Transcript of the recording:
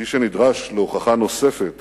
מי שנדרש להוכחה נוספת